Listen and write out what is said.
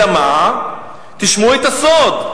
אלא מה, תשמעו את הסוד: